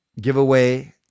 Giveaway